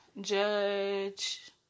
Judge